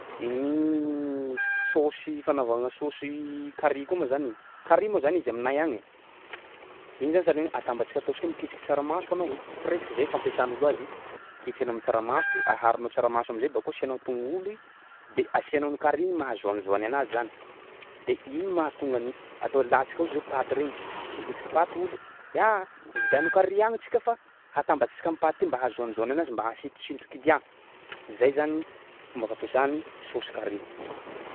Ny saosy fagnaovana saosy carry koa moa zany, carry moa zany amignay agny: iny zany sahalan'ny hoe atambatsika ataontsika hoe miketriky tsaramaso anao e, presque zay fampiasan'olo azy, ketrehinao am'tsaramaso i, aharonao tsaramaso am'zay bakeo asianao tongolo i de asianao ny carry igny maha-jaunejaune anazy zany, de igny mahatonga ny atao alantsika ohatsy zao paty regny miketsiky paty olo de aaa ividiano carry agny antsika fa hatambatsitsika am'paty mba aha-jaunejaune anazy mba hahasintosinto client. Zay zany fomba fampiasa ny saosy carry.